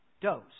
dose